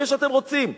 עם מי שאתם רוצים.